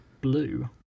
blue